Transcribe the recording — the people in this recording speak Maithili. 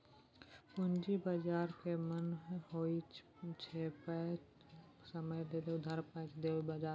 पूंजी बाजारक मने होइत छै पैघ समय लेल उधार पैंच दिअ बला बजार